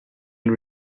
and